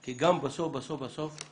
בסופו של דבר אנחנו